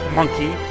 monkey